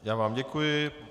Já vám děkuji.